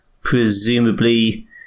presumably